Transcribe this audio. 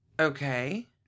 Okay